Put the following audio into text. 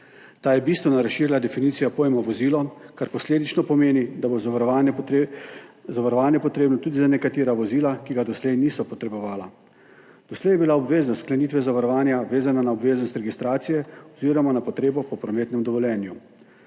Ta je bistveno razširila definicijo pojma vozilo, kar posledično pomeni, da bo zavarovanje potrebno tudi za nekatera vozila, ki ga doslej niso potrebovala. Doslej je bila obveznost sklenitve zavarovanja vezana na obveznost registracije oziroma na potrebo po prometnem dovoljenju.